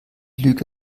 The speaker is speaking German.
lüge